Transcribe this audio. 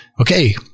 okay